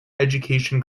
education